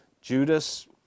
Judas